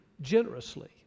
generously